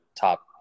top